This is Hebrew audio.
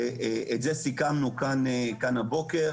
את זה סיכמנו כאן הבוקר.